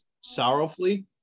sorrowfully